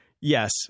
Yes